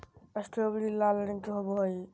strawberry लाल रंग के होव हई